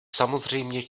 samozřejmě